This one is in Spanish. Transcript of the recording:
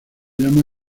llama